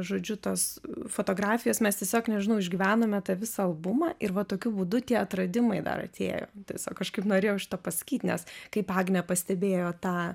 žodžiu tos fotografijos mes tiesiog nežinau išgyvenome tą visą albumą ir va tokiu būdu tie atradimai dar atėjo tiesiog kažkaip norėjau šitą pasakyt nes kaip agnė pastebėjo tą